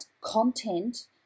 content